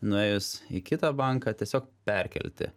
nuėjus į kitą banką tiesiog perkelti